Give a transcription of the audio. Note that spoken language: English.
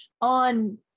on